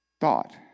thought